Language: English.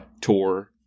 tour